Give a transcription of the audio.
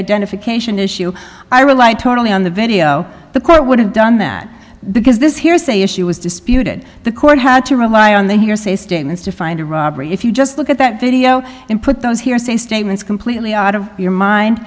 identification issue i rely totally on the video the court would have done that because this hearsay issue was disputed the court had to rely on the hearsay statements to find a robbery if you just look at that video and put those hearsay statements completely out of your mind